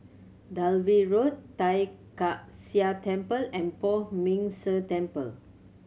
Dalvey Road Tai Kak Seah Temple and Poh Ming Tse Temple